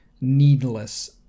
needless